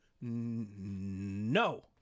No